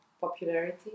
popularity